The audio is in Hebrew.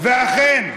ואכן,